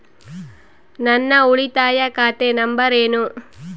ನನ್ನ ಉಳಿತಾಯ ಖಾತೆ ನಂಬರ್ ಏನು?